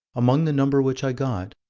among the number which i got,